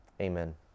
Amen